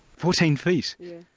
fourteen feet? yes.